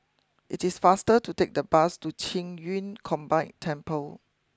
it is faster to take the bus to Qing Yun Combined Temple